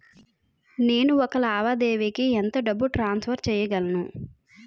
నేను ఒక లావాదేవీకి ఎంత డబ్బు ట్రాన్సఫర్ చేయగలను?